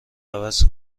عوض